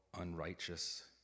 unrighteous